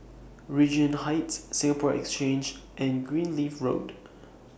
Regent Heights Singapore Exchange and Greenleaf Road